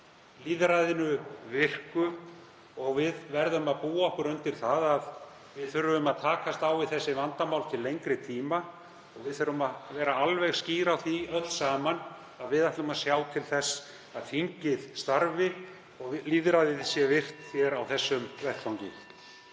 lýðræðinu virku og við verðum að búa okkur undir það að við þurfum að takast á við þessi vandamál til lengri tíma. Við þurfum að vera alveg skýr á því öll saman að við ætlum að sjá til þess að þingið starfi og lýðræðið (Forseti hringir.) sé virkt hér á þessum vettvangi.